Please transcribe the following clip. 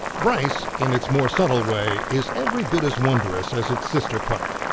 bryce in its more subtle way, is every bit as wondrous as its sister park.